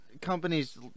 companies